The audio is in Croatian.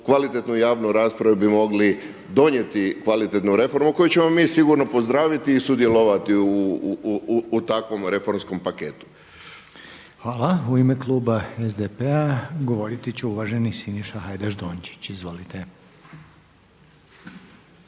kvalitetnu javnu raspravu bi mogli donijeti kvalitetnu reformu koju ćemo mi sigurno pozdraviti i sudjelovati u takvom reformskom paketu. **Reiner, Željko (HDZ)** Hvala. U ime Kluba SDP-a govorit će uvaženi Siniša Hajdaš Dončić. Izvolite.